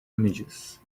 images